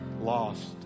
lost